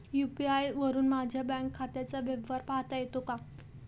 UPI वरुन माझ्या bank खात्याचा व्यवहार पाहता येतो का?